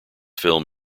film